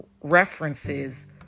references